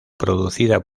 producida